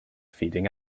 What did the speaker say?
feeding